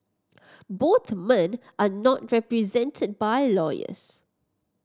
both men are not represented by lawyers